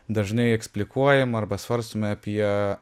dažnai eksplikuojam arba svarstome apie